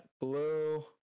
blue